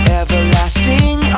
everlasting